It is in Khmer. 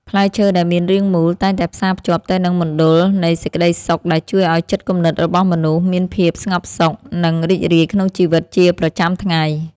ផ្លែឈើដែលមានរាងមូលតែងតែផ្សារភ្ជាប់ទៅនឹងមណ្ឌលនៃសេចក្តីសុខដែលជួយឱ្យចិត្តគំនិតរបស់មនុស្សមានភាពស្ងប់សុខ និង រីករាយក្នុងជីវិតជាប្រចាំថ្ងៃ។